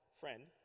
Friend